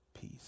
peace